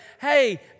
hey